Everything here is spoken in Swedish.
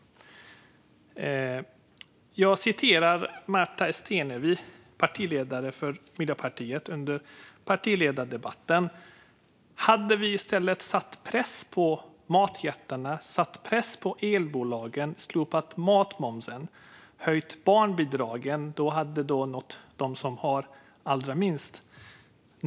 I partiledardebatten sa Märta Stenevi, partiledare för Miljöpartiet: Hade vi i stället satt press på matjättarna, satt press på elbolagen, slopat matmomsen och höjt barnbidragen hade det nått dem som har allra minst.